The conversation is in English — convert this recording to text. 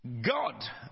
God